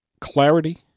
clarity